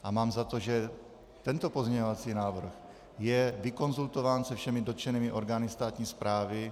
A mám za to, že tento pozměňovací návrh je vykonzultován se všemi dotčenými orgány státní správy.